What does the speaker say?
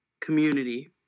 community